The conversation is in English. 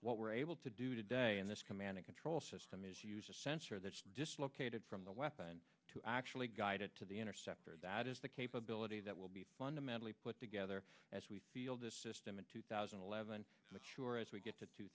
what we're able to do today in this command troll system is used a sensor that dislocated from the weapon to actually guided to the interceptor that is the capability that will be fundamentally put together as we feel this system in two thousand and eleven but sure as we get to two